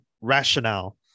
rationale